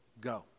go